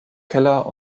keller